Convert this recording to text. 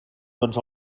tots